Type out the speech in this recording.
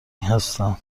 هستم